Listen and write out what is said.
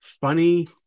funny